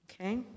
okay